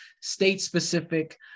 state-specific